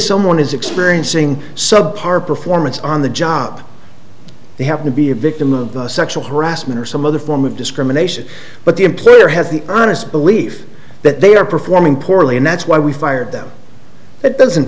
someone is experiencing subpar performance on the job they have to be a victim of the sexual harassment or some other form of discrimination but the employer has the honest belief that they are performing poorly and that's why we fired them it doesn't